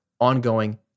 ongoing